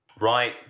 Right